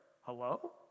Hello